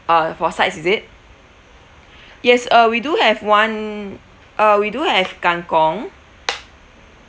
uh for sides is it yes uh we do have one uh we do have kang kong